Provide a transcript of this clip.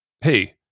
Hey